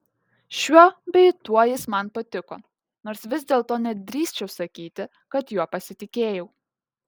šiuo bei tuo jis man patiko nors vis dėlto nedrįsčiau sakyti kad juo pasitikėjau